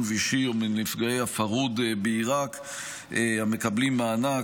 וישי ולנפגעי הפרהוד בעיראק המקבלים מענק,